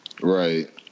Right